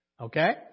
Okay